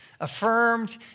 affirmed